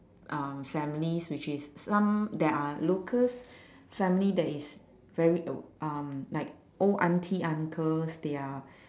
um families which is some that are locals family that is very o~ um like old aunties uncles they are